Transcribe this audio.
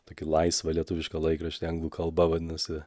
tokį laisvą lietuvišką laikraštį anglų kalba vadinosi